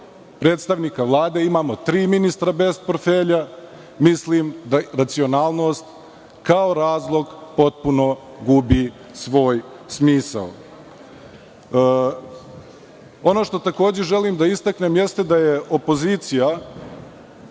predstavnika, imamo tri ministra bez portfelja, mislim da racionalnost kao razlog potpuno gubi svoj smisao. Ono što želim da istaknem jeste da je opozicija,